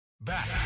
Back